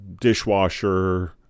dishwasher